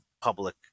public